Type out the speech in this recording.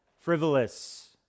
frivolous